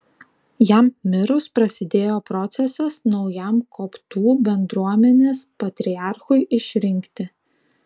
jam mirus prasidėjo procesas naujam koptų bendruomenės patriarchui išrinkti